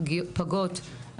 פגות,